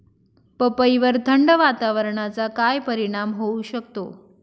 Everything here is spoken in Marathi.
पपईवर थंड वातावरणाचा काय परिणाम होऊ शकतो?